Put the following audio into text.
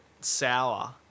Sour